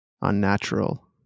unnatural